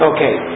Okay